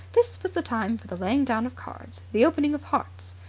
this was the time for the laying down of cards, the opening of hearts.